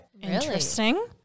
Interesting